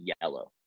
yellow